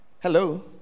Hello